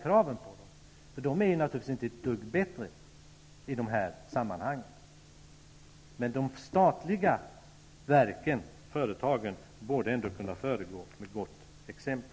De privata företagen är ju naturligtvis inte ett dugg bättre i dessa sammanhang. Jag tycker att de statliga företagen och verken ändå borde kunna föregå med gott exempel.